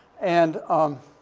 and, um,